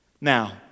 Now